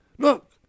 Look